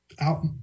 out